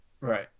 Right